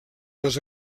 les